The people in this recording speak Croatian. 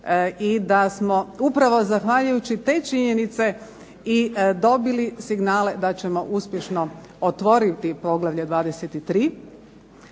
i da smo upravo zahvaljujući toj činjenici i dobili signale da ćemo uspješno otvoriti Poglavlje 23.